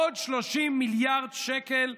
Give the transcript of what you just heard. עוד 30 מיליארד שקל,